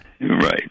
Right